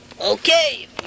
Okay